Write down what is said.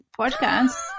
podcast